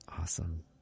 Awesome